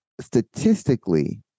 statistically